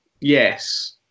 yes